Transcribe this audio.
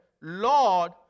Lord